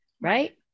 Right